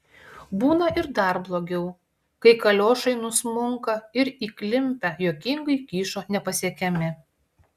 būna ir dar blogiau kai kaliošai nusmunka ir įklimpę juokingai kyšo nepasiekiami